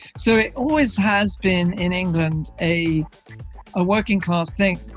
so it always has been. in england, a ah working class thing,